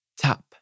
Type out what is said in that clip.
Tap